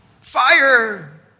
Fire